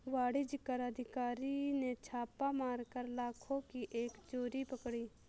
वाणिज्य कर अधिकारी ने छापा मारकर लाखों की कर की चोरी पकड़ी